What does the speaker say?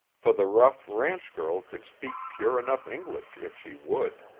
for the rough ranch girl could speak pure enough english if she would.